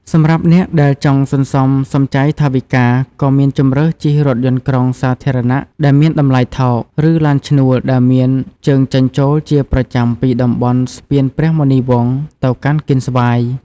សម្រាប់អ្នកដែលចង់សន្សំសំចៃថវិកា ក៏មានជម្រើសជិះរថយន្តក្រុងសាធារណៈដែលមានតម្លៃថោក ឬឡានឈ្នួលដែលមានជើងចេញចូលជាប្រចាំពីតំបន់ស្ពានព្រះមុនីវង្សទៅកាន់កៀនស្វាយ។